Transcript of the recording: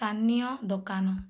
ସ୍ଥାନୀୟ ଦୋକାନ